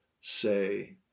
say